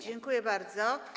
Dziękuję bardzo.